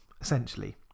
essentially